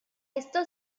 esto